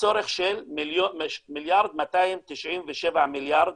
לצורך של 1.297 מיליארד